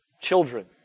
children